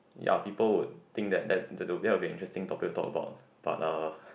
ya people would think that that that would be an interesting topic to talk about but uh